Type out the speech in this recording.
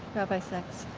rabbi sacks?